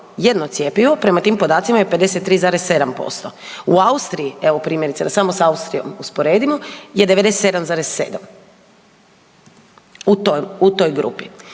jedno cjepivo, prema tim podacima je 53,7%, u Austriji evo primjerice, da samo s Austrijom usporedimo je 97,7. U toj grupi.